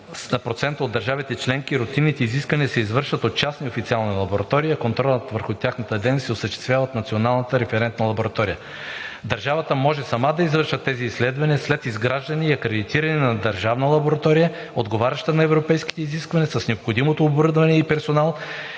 В над 95% от държавите членки рутинните изисквания се извършват от частни официални лаборатории, а контролът върху тяхната дейност се осъществява от Националната референтна лаборатория. Държавата може сама да извършва тези изследвания след изграждане и акредитиране на държавна лаборатория, отговаряща на европейските изисквания с необходимото оборудване и персонал,